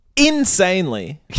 Insanely